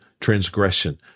transgression